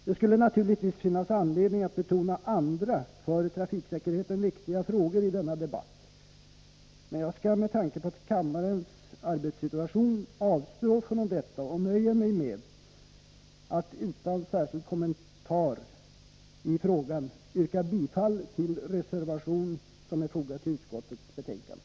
Det skulle naturligtvis finnas anledning att betona andra för trafiksäkerheten viktiga frågor i denna debatt, men jag skall med tanke på kammarens arbetssituation avstå från detta och nöjer mig med att, utan att särskilt kommentera frågan, yrka bifall till den reservation som är fogad till utskottets betänkande.